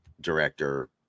director